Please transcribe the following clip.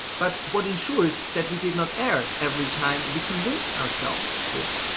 but what ensures that we did not err every time we convinced ourselves of this?